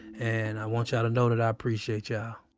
and i want y'all to know that i appreciate y'all